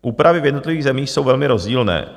Úpravy v jednotlivých zemích jsou velmi rozdílné.